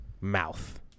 mouth